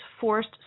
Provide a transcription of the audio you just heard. forced